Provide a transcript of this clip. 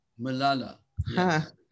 Malala